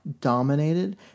dominated